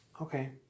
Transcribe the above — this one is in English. Okay